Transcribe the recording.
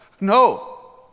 no